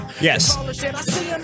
Yes